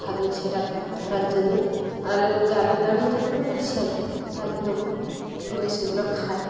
থাকলে সেটা ধরার জন্যে আড়ালে আমি জ্বাল নিয়ে দাঁড়িয়ে থাকবো বার সে খোরাকি দেবো দিলে সেগুলো খায়